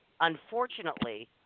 Unfortunately